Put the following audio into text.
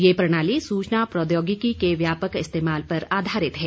यह प्रणाली सूचना प्रौद्योगिकी के व्यापक इस्तेमाल पर आधारित है